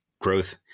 growth